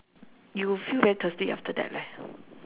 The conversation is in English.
you feel very thirsty after that leh